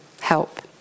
help